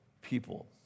people